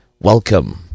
welcome